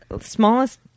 smallest